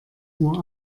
uhr